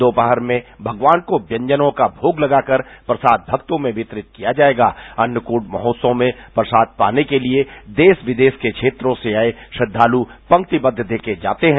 दोपहर में भगवान को व्यंजनों का भोग लगाकर प्रसाद भक्तों में वितरित किया जायेगा द्व अन्नकूट महोत्सव में प्रसाद पाने के लिए देश विदेश के बेत्रों से आये श्रद्धालु पांकि बद्ध देखे जाते हैं